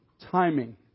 Timing